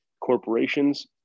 corporations